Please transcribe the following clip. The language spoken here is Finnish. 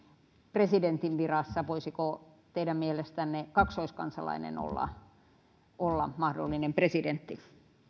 presidentin virasta voisiko teidän mielestänne kaksoiskansalainen olla olla mahdollinen presidentti